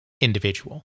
individual